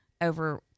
over